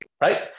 right